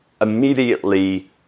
immediately